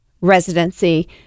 residency